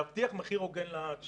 להבטיח מחיר הוגן לצרכן.